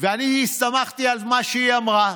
ואני הסתמכתי על מה שהיא אמרה.